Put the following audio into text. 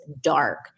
dark